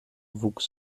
wuchs